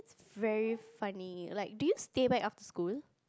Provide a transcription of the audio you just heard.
very funny like do you stay back after school